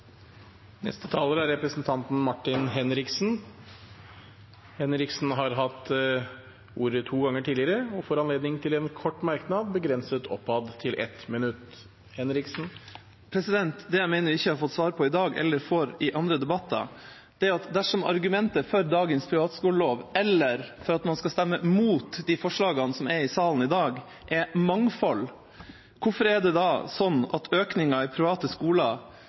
Representanten Martin Henriksen har hatt ordet to ganger tidligere og får ordet til en kort merknad, begrenset til 1 minutt. Det jeg mener vi ikke har fått svar på i dag, og heller ikke får i andre debatter, er: Dersom argumentet for dagens privatskolelov eller for at man skal stemme mot de forslagene som er i salen i dag, er mangfold, hvorfor er det da sånn at økningen i private skoler